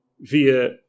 via